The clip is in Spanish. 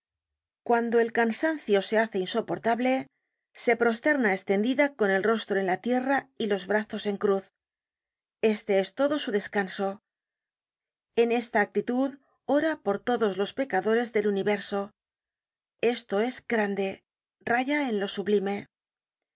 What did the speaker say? cuando el cansancio se hace insoportable se prosterna estendida con el rostro en la tierra y los brazos en cruz este es todo su descanso en esta actitud ora por todos los pecadores del universo esto es grande raya en lo sublime